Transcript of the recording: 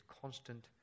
constant